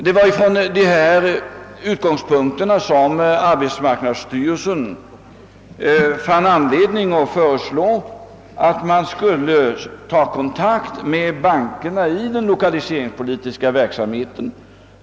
Det var från dessa utgångspunkter som arbetsmarknadsstyrelsen fann anledning att föreslå att kontakt skulle tagas med bankerna i den lokaliserings politiska verksamheten.